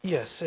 Yes